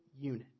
unit